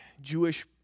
Jewish